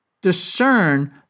discern